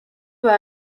doit